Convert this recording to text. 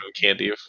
Candy